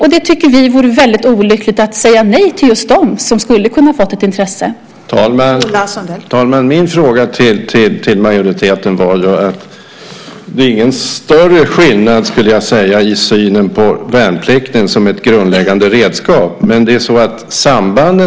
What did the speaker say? Vi tycker att det vore väldigt olyckligt att säga nej till just dem som skulle ha kunnat bli intresserade.